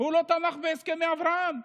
הוא לא תמך בהסכמי אברהם,